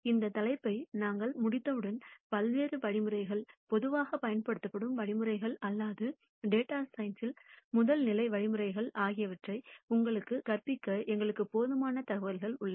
இந்த தலைப்பை நாங்கள் முடித்தவுடன் பல்வேறு வழிமுறைகள் பொதுவாக பயன்படுத்தப்படும் வழிமுறைகள் அல்லது டேட்டா சயின்ஸ் முதல் நிலை வழிமுறைகள் ஆகியவற்றை உங்களுக்கு கற்பிக்க எங்களுக்கு போதுமான தகவல்கள் உள்ளன